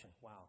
wow